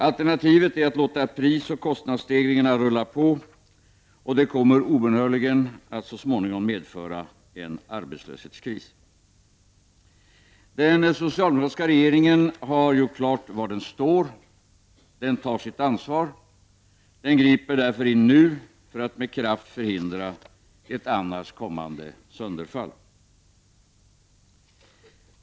Alternativet är att låta prisoch kostnadsstegringarna rulla på, och det kommer obönhörligen att så småningom medföra en arbetslöshetskris. Den socialdemokratiska regeringen har gjort klart var den står, den tar sitt ansvar. Den griper därför in nu för att med kraft förhindra ett annars kommande sönderfall.